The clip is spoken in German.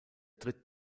tritt